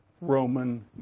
Roman